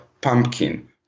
pumpkin